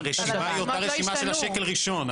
אבל הרשימה היא אותה רשימה של השקל ראשון.